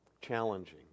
challenging